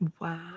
Wow